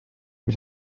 mis